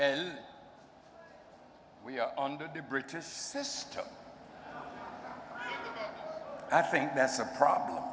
where we are under the british system i think that's a problem